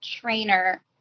trainer